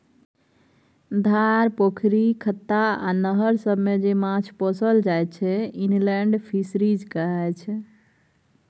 धार, पोखरि, खत्ता आ नहर सबमे जे माछ पोसल जाइ छै इनलेंड फीसरीज कहाय छै